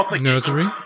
nursery